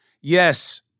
Yes